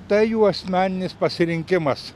tai jų asmeninis pasirinkimas